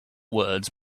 words